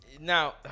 Now